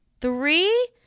three